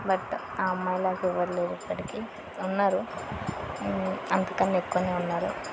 but ఆ అమ్మాయిలాగా ఎవరు లేరు ఇప్పటికి ఉన్నారు అంతకన్నా ఎక్కువ ఉన్నారు